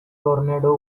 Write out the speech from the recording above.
tornado